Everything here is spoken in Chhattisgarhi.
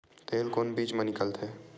तेल कोन बीज मा निकलथे?